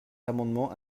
amendements